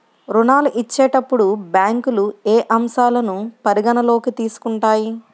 ఋణాలు ఇచ్చేటప్పుడు బ్యాంకులు ఏ అంశాలను పరిగణలోకి తీసుకుంటాయి?